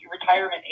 retirement